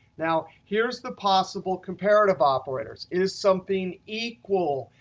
now, here's the possible comparative operators. is something equal?